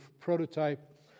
prototype